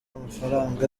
amafaranga